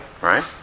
right